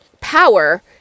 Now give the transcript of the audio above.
power